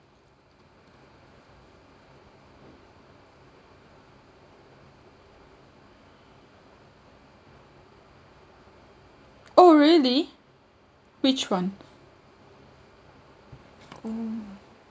oh really which one oh